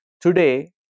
Today